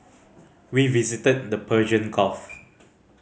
we visited the Persian Gulf